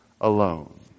alone